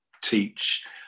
teach